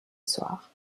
soir